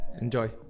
Enjoy